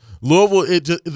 Louisville